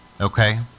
okay